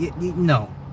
No